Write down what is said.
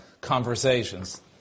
conversations